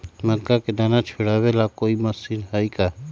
मक्का के दाना छुराबे ला कोई मशीन हई का?